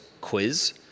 quiz